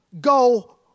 go